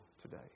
today